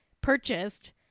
purchased